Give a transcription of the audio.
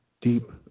deep